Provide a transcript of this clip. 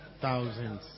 Thousands